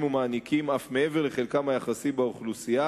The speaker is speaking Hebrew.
ומענקים אף מעבר לחלקם היחסי באוכלוסייה,